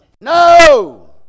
no